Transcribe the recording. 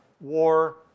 war